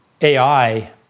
AI